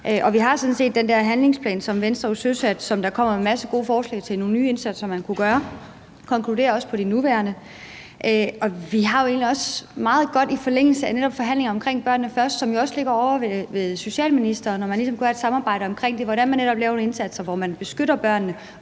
sådan set den handlingsplan, som Venstre jo søsatte, og som kommer med en masse gode forslag til nogle nye indsatser, man kunne gøre, og den konkluderer også på de nuværende. Vi har også i forlængelse af netop forhandlingerne om »Børnene Først«, som jo også ligger ovre hos socialministeren, om, hvordan man ligesom kunne have et samarbejde omkring det, set, hvordan man netop laver nogle indsatser, hvor man beskytter børnene,